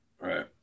Right